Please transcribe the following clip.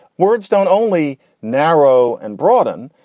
words don't only narrow and broaden,